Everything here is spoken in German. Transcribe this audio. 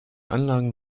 anlagen